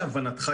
להבנתך,